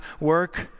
work